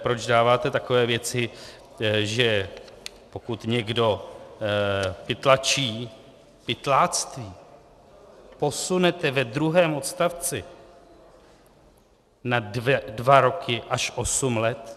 Proč dáváte takové věci, že pokud někdo pytlačí, pytláctví posunete ve druhém odstavci na dva roky až osm let?